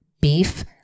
beef